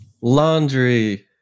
Laundry